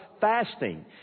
fasting